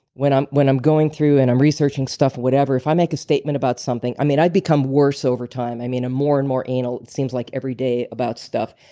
when i'm when i'm going through and i'm researching stuff, whatever, if i make a statement about something. i mean, i've become worse over time. i mean i'm more and more anal it seems like every day about stuff.